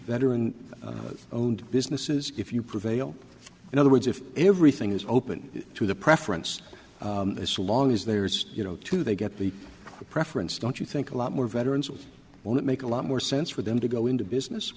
veteran owned businesses if you prevail in other words if everything is open to the preference is so long as there's you know to they get the preference don't you think a lot more veterans will make a lot more sense for them to go into business